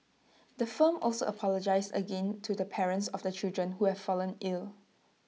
the firm also apologised again the parents of the children who have fallen ill